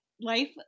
life